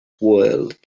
world